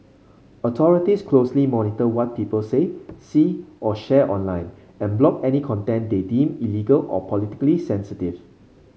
authorities closely monitor what people say see or share online and block any content they deem illegal or politically sensitive